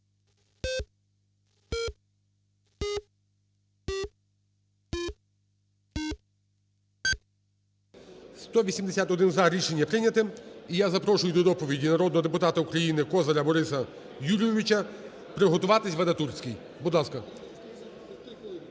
За-181 Рішення прийнято. І я запрошую до доповіді народного депутата України Козира Бориса Юрійовича, приготуватись Вадатурський. Будь ласка.